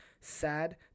sad